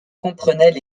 comprenaient